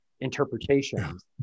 interpretations